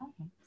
Okay